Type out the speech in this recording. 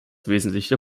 wesentlicher